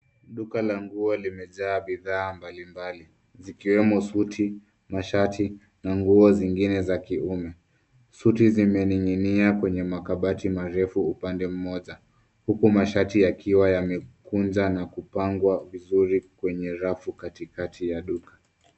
Duka la nguo limejaa bidha mbalimbali zikiwemo suti, mashati na nguo zingine za kiume. Suti zimeninginia kwenye makabati marefu upande mmoja. Huku mashati yakiwa yamekunjwa na kupangwa vizuri kwenye rafu katikati ya duka.